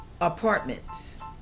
apartments